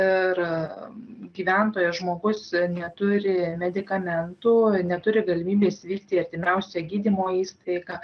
ir gyventojas žmogus neturi medikamentų neturi galimybės vykti į artimiausią gydymo įstaigą